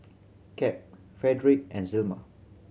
Cap Fredric and Zelma